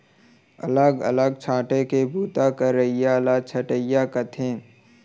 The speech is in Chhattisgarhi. अलग अलग छांटे के बूता करइया ल छंटइया कथें